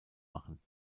machen